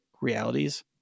realities